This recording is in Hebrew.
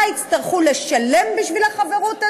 מה יצטרכו לשלם בשביל החברות הזאת,